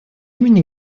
имени